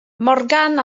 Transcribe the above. morgan